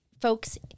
folks